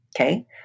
okay